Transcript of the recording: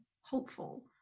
hopeful